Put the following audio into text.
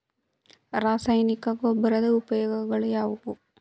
ರಾಸಾಯನಿಕ ಗೊಬ್ಬರದ ಉಪಯೋಗಗಳು ಯಾವುವು?